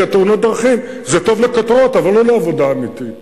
כי תאונות הדרכים זה טוב לכותרות אבל לא לעבודה אמיתית.